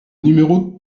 numéro